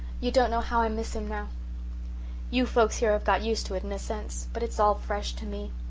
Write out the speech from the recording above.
you don't know how i miss him now you folks here have got used to it in a sense but it's all fresh to me.